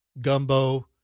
gumbo